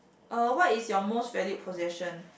uh what is your most valued possession